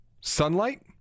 sunlight